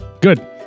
Good